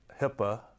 HIPAA